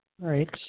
right